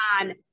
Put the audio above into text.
on